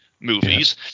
movies